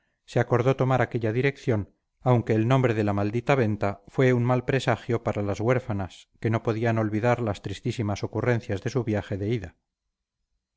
se acordó tomar aquella dirección aunque el nombre de la maldita venta fue un mal presagio para las huérfanas que no podían olvidar las tristísimas ocurrencias de su viaje de ida